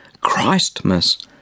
Christmas